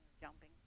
jumping